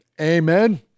Amen